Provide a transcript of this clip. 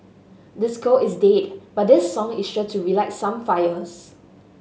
disco is dead but this song is sure to relight some fires